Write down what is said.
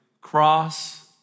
cross